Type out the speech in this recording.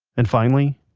and finally,